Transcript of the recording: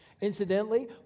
Incidentally